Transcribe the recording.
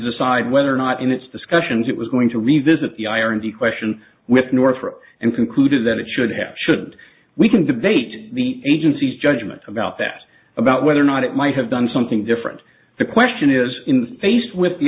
decide whether or not in its discussions it was going to revisit the irony question with north korea and concluded that it should have should we can debate the agency's judgment about that about whether or not it might have done something different the question is in the face with the